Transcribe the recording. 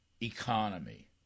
economy